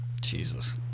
Jesus